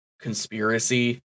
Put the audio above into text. conspiracy